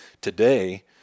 today